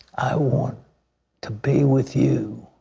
i want to be with you,